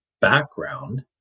background